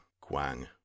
Quang